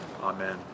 amen